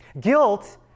Guilt